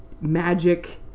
magic